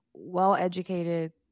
well-educated